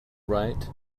right